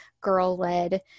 girl-led